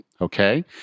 okay